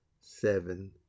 seven